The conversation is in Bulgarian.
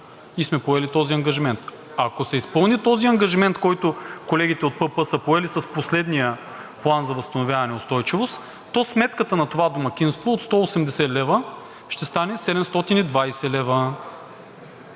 и сме поели този ангажимент. Ако се изпълни този ангажимент, който колегите от ПП са поели с последния План за възстановяване и устойчивост, то сметката на това домакинство от 180 лв. ще стане 720 лв.